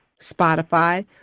Spotify